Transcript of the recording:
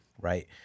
right